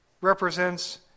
represents